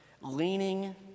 leaning